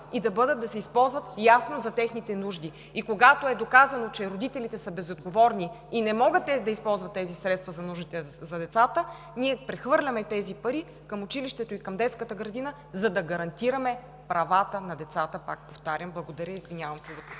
при децата – да се използват ясно за техните нужди. Когато е доказано, че родителите са безотговорни и не могат да използват тези средства за нуждите на децата, ние прехвърляме тези пари към училището и към детската градина, за да гарантираме правата на децата, повтарям. Благодаря. Извинявам се за